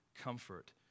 comfort